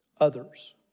Others